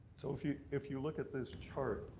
so if you if you look at this chart,